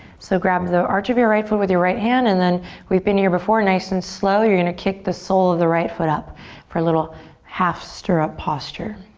so grab the arch of your right foot with your right hand and then we've been here before, nice and slow, you're gonna kick the sole of the right foot up for a little half stirrup posture.